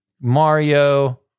Mario